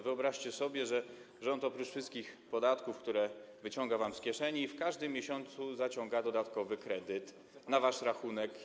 Wyobraźcie sobie, że rząd oprócz wszystkich podatków, które wyciąga wam z kieszeni, w każdym miesiącu zaciąga dodatkowy kredyt na wasz rachunek.